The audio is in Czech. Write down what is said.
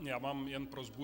Já mám jen prosbu.